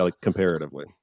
comparatively